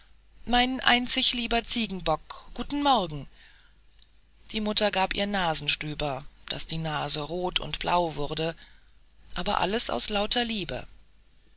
mein einzig lieber ziegenbock guten morgen die mutter gab ihr nasenstüber daß die nase rot und blau wurde aber alles aus lauter liebe